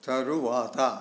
తరువాత